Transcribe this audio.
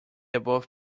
above